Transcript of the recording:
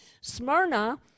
Smyrna